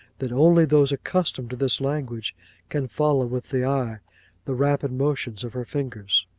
that only those accustomed to this language can follow with the eye the rapid motions of her fingers.